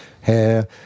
hair